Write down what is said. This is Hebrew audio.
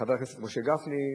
חבר הכנסת משה גפני,